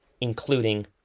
including